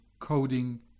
coding